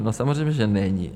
No samozřejmě že není.